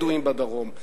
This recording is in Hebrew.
בדואים בדרום,